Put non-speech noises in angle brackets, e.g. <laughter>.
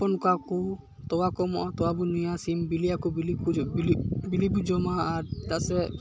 ᱦᱚᱯᱚᱱ ᱠᱚᱣᱟ ᱠᱚ ᱛᱳᱣᱟᱠᱚ ᱮᱢᱚᱜᱼᱟ ᱛᱳᱣᱟᱵᱚ ᱧᱩᱭᱟ ᱥᱤᱢ ᱵᱤᱞᱤᱭᱟᱠᱚ ᱵᱤᱞᱤ <unintelligible> ᱵᱤᱞᱤᱵᱚ ᱡᱚᱢᱟ ᱟᱨ ᱪᱮᱫᱟᱜ ᱥᱮ